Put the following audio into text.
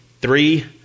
three